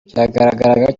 byagaragaraga